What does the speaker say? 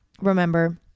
remember